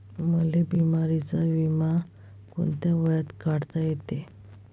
मले बिमारीचा बिमा कोंत्या वयात काढता येते?